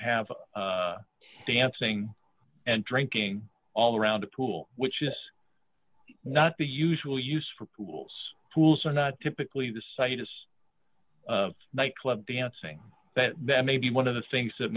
have dancing and drinking all around the pool which is not the usual use for pools pools are not typically the situs night club dancing but that may be one of the things that